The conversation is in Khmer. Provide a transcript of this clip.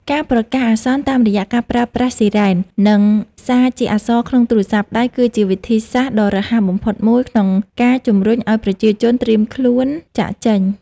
ការប្រកាសអាសន្នតាមរយៈការប្រើប្រាស់ស៊ីរ៉ែន និងសារជាអក្សរក្នុងទូរស័ព្ទដៃគឺជាវិធីសាស្ត្រដ៏រហ័សបំផុតមួយក្នុងការជម្រុញឱ្យប្រជាជនត្រៀមខ្លួនចាកចេញ។